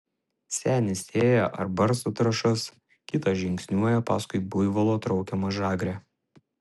senis sėja ar barsto trąšas kitas žingsniuoja paskui buivolo traukiamą žagrę